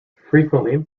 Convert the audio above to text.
frequently